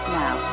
now